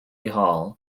hall